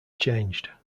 changed